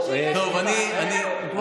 אם לא,